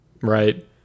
Right